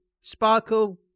Sparkle